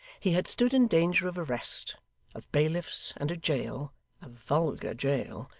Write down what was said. he had stood in danger of arrest of bailiffs, and a jail a vulgar jail,